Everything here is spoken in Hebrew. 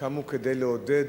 קמו כדי לעודד